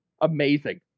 Amazing